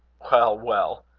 well, well!